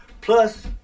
Plus